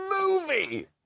movie